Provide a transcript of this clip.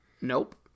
Nope